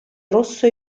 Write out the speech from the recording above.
rosso